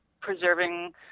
preserving